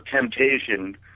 temptation